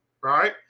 right